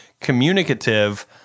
communicative